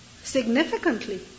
Significantly